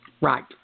Right